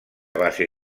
base